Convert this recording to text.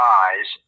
eyes